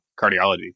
cardiology